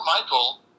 Michael